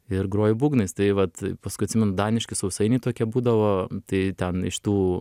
ir groji būgnais tai vat paskui atsimenu daniški sausainiai tokie būdavo tai ten iš tų